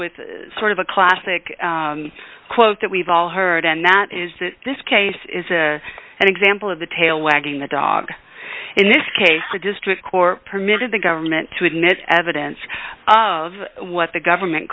with sort of a classic quote that we've all heard and that is that this case is a an example of the tail wagging the dog in this case the district court permitted the government to admit evidence of what the government